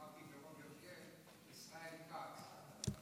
אמרתי בטעות ישראל כץ.